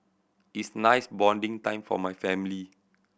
is nice bonding time for my family